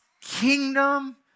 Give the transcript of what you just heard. kingdom